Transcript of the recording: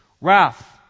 wrath